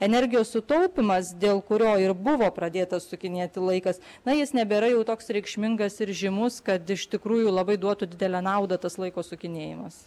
energijos sutaupymas dėl kurio ir buvo pradėtas sukinėti laikas na jis nebėra jau toks reikšmingas ir žymus kad iš tikrųjų labai duotų didelę naudą tas laiko sukinėjimas